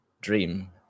dream